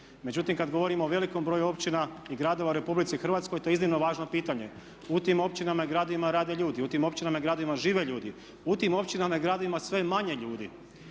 Međutim, kad govorimo o velikom broju općina i gradova u Republici Hrvatskoj to je iznimno važno pitanje. U tim općinama i gradovima rade ljudi, u tim općinama i gradovima žive ljudi, u tim općinama i gradovima sve je manje ljudi.